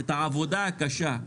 את העבודה הקשה,